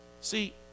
See